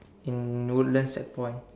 in woodlands checkpoint